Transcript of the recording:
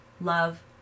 Love